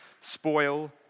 spoil